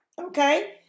okay